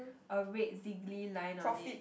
a red ziggly line on it